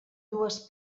dues